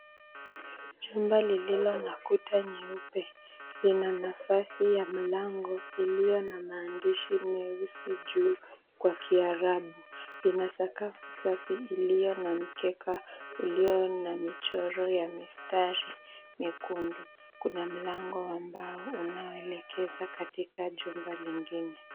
Jumba lililo na kuta nyeupe, lina nafasi ya mlango iliyo na maandishi meusi juu kwa kiarabu. Lina sakafu safi iliyo na mkeka ulio na michoro ya mistari nyekundu. Kuna mlango ambao unaoelekeza katika jumba lingine.